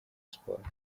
sports